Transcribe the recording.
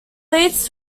leads